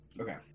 Okay